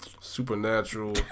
Supernatural